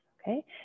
Okay